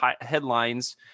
headlines